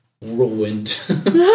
ruined